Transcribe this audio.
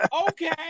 Okay